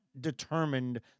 determined